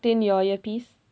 in your earpiece